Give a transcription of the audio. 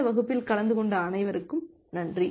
இந்த வகுப்பில் கலந்து கொண்ட அனைவருக்கும் நன்றி